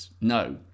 no